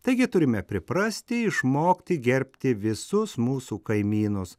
taigi turime priprasti išmokti gerbti visus mūsų kaimynus